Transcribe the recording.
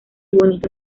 bonito